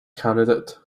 candidate